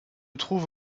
trouve